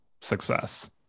success